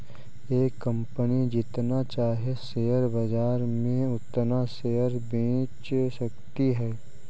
एक कंपनी जितना चाहे शेयर बाजार में उतना शेयर बेच सकती है